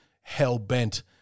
hell-bent